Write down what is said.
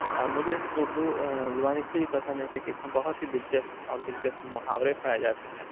اور مجھے اس اردو زبان اس لیے بھی پسند ہے کیوںکہ اس میں بہت ہی دلچسپ اور دلچسپ محاورے پائے جاتے ہیں